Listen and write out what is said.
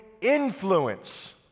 influence